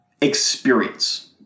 experience